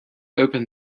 open